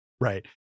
Right